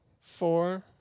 four